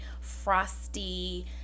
frosty